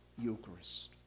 Eucharist